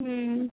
হুম